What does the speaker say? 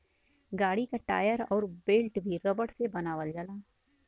गाड़ी क टायर अउर बेल्ट भी रबर से बनावल जाला